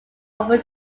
over